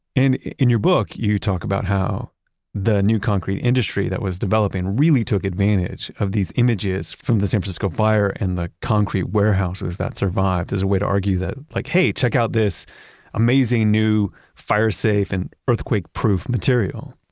and in your book, you talk about how the new concrete industry that was developing really took advantage of these images from the san francisco fire and the concrete warehouses that survived. there's a way to argue that, like hey, check out this amazing new fire-safe and earthquake-proof material.